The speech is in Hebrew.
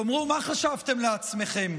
תאמרו, מה חשבתם לעצמכם?